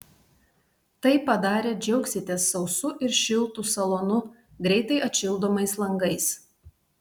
tai padarę džiaugsitės sausu ir šiltu salonu greitai atšildomais langais